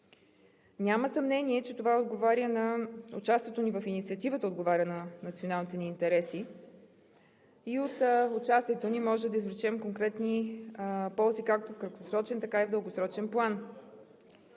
Няма съмнение, че участието ни в инициативата отговаря на националните ни интереси и от участието ни можем да извлечем конкретни ползи както в краткосрочен, така и в дългосрочен план.